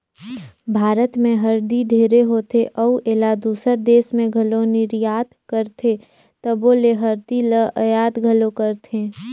भारत में हरदी ढेरे होथे अउ एला दूसर देस में घलो निरयात करथे तबो ले हरदी ल अयात घलो करथें